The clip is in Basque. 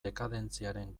dekadentziaren